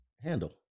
handle